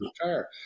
retire